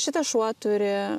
šitas šuo turi